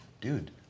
Dude